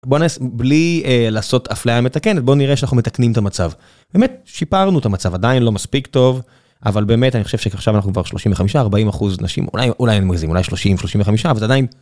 בלי לעשות אפליה מתקנת בוא נראה שאנחנו מתקנים את המצב. באמת שיפרנו את המצב, עדיין לא מספיק טוב. אבל באמת אני חושב שעכשיו אנחנו כבר 35-40 אחוז נשים אולי אולי אני מגזים אולי 30-35 אבל זה עדיין